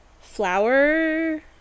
flower